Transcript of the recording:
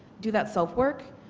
do that self work